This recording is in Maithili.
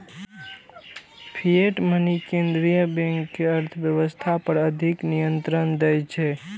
फिएट मनी केंद्रीय बैंक कें अर्थव्यवस्था पर अधिक नियंत्रण दै छै